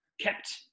kept